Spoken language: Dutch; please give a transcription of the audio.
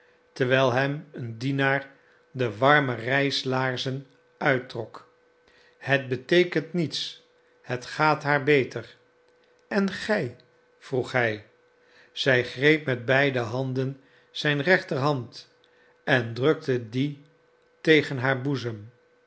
terwijl hem een dienaar de warme reislaarzen uittrok het beteekent niets het gaat haar beter en gij vroeg hij zij greep met beide handen zijn rechterhand en drukte die tegen haar boezem